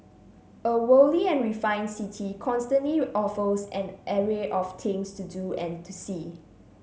a worldly and refined city constantly offers an array of things to do and to see